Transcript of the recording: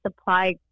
supply